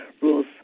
rules